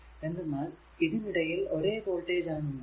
എന്തെന്നാൽ ഇതിനിടയിൽ ഒരേ വോൾടേജ് ആണ് ഉണ്ടാകുക